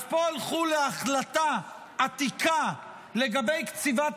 אז פה הלכו להחלטה עתיקה לגבי קציבת